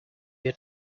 your